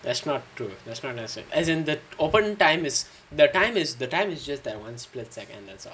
that's not true that's not necessary as in the open time is the time is just like one split second that's all